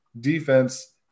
defense